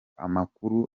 amakuru